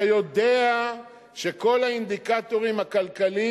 אתה יודע שכל האינדיקטורים הכלכליים